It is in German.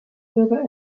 bürger